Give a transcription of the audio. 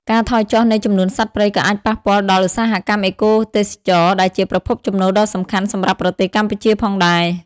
ការថយចុះនៃចំនួនសត្វព្រៃក៏អាចប៉ះពាល់ដល់ ឧស្សាហកម្មអេកូទេសចរណ៍ ដែលជាប្រភពចំណូលដ៏សំខាន់សម្រាប់ប្រទេសកម្ពុជាផងដែរ។